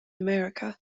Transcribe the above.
america